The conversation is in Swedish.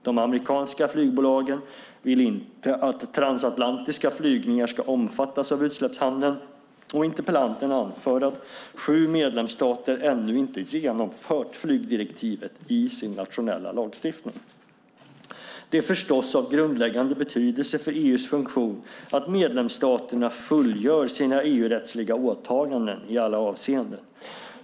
De amerikanska flygbolagen vill inte att transatlantiska flygningar ska omfattas av utsläppshandeln. Interpellanten anför att sju medlemsstater ännu inte genomfört flygdirektivet i sin nationella lagstiftning. Det är förstås av grundläggande betydelse för EU:s funktion att medlemsstaterna fullgör sina EU-rättsliga åtaganden i alla avseenden.